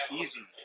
easy